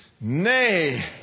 Nay